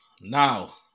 now